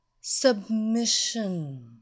submission